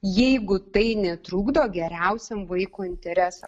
jeigu tai netrukdo geriausiam vaiko interesam